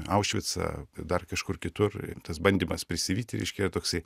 aušvicą dar kažkur kitur tas bandymas prisivyti reiškia toksai